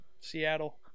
Seattle